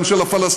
גם של הפלסטינים,